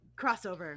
crossover